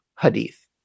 hadith